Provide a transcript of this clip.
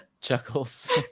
Chuckles